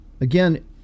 Again